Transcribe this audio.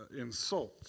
insult